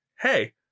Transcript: hey